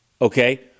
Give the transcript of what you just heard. Okay